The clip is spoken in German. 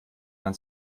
man